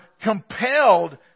compelled